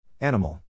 Animal